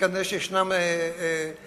וכנראה שישנן תקלות.